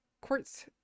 quartz